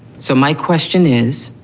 so my question is,